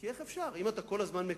כי איך אפשר, אם אתה כל הזמן מקצץ?